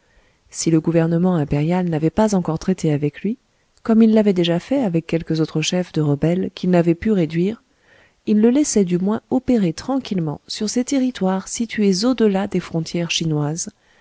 si le gouvernement impérial n'avait pas encore traité avec lui comme il l'avait déjà fait avec quelques autres chefs de rebelles qu'il n'avait pu réduire il le laissait du moins opérer tranquillement sur ces territoires situés au-delà des frontières chinoises